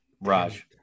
Raj